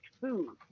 food